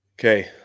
Okay